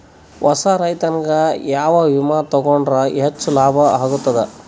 ಹೊಸಾ ರೈತನಿಗೆ ಯಾವ ವಿಮಾ ತೊಗೊಂಡರ ಹೆಚ್ಚು ಲಾಭ ಆಗತದ?